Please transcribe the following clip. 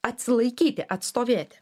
atsilaikyti atstovėti